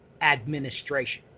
administration